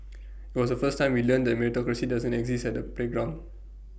IT was A first time we learnt that meritocracy doesn't exist at the playground